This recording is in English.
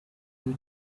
you